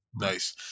Nice